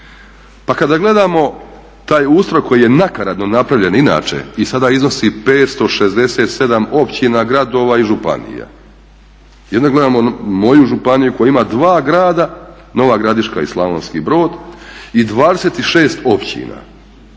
Pa kada gledamo taj ustroj koji je nakaradno napravljen inače i sada iznosi 567 općina, gradova i županija. I onda gledam moju županiju koja ima dva grada Nova Gradiška i Slavonski Brod i 26 općina